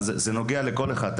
זה נוגע לכל אחד,